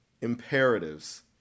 imperatives